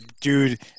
dude